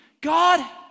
God